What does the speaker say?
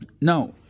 Now